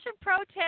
protest